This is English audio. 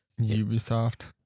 Ubisoft